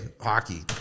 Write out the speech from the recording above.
Hockey